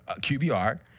QBR